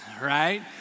right